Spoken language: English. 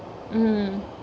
mm